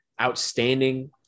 outstanding